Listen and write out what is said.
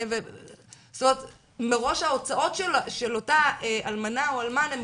מראש ההוצאות של אותה אלמנה או אלמן הן